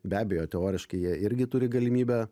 be abejo teoriškai jie irgi turi galimybę